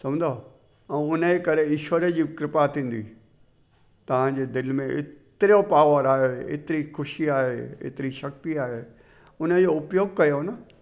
सम्झो ऐं हुनजे करे ईश्वर जे कृपा थींदी तव्हांजे दिलि में हेतिरो पावर आहे हेतिरी ख़ुशी आहे हेतिरी शक्ती आहे उन जो उपयोग कयो न